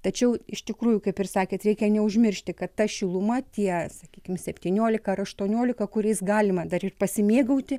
tačiau iš tikrųjų kaip ir sakėt reikia neužmiršti kad ta šiluma tie sakykim septyniolika ar aštuoniolika kuriais galima dar ir pasimėgauti